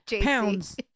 pounds